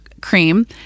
cream